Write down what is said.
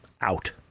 out